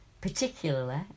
particularly